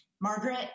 Margaret